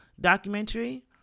documentary